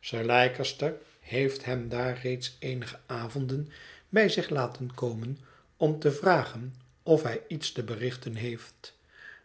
sir leicester heeft hem daar reeds eenige avonden bij zich laten komen om te vragen of hij iets te berichten heeft